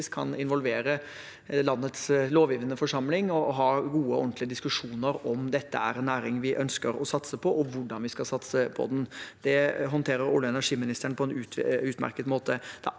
kan involvere landets lovgivende forsamling og ha gode og ordentlige diskusjoner om dette er en næring vi ønsker å satse på, og hvordan vi skal satse på den. Det håndterer olje- og energiministeren på en utmerket måte.